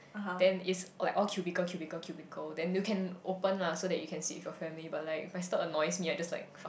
then it's like all cubicle cubicle cubicle then you can open lah so that you can sit with your family but like if it still annoys me I just like fuck